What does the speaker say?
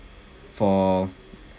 for